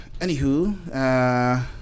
anywho